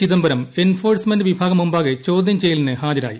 Chidambaram enforcement വിഭാഗം മുമ്പാകെ ചോദ്യം ചെയ്യലിനായി ഹാജരായി